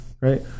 right